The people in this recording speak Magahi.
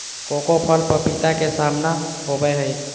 कोको फल पपीता के समान होबय हइ